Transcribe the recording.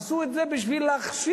עשו את זה בשביל להכשיל,